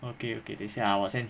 okay okay 等一下 ah 我现在